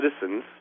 citizens